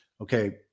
okay